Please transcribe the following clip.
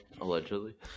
allegedly